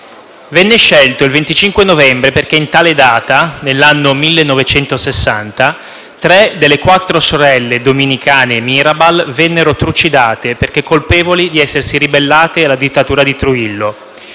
Venne scelto il 25 novembre perché in tale data, nell'anno 1960, tre delle quattro sorelle dominicane Mirabal vennero trucidate, perché colpevoli di essersi ribellate alla dittatura di Trujillo.